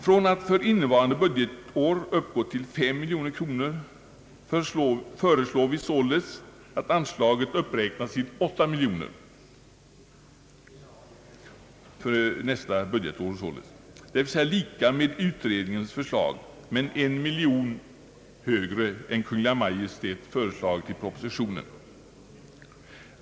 Från att för innevarande budgetår uppgå till 5 miljoner kronor föreslår vi således att anslaget uppräknas till 8 miljoner kronor för nästa budgetår, dvs. lika med utredningens förslag men 1 miljon mer än Kungl. Maj:t föreslagit i propositionen.